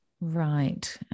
Right